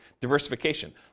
diversification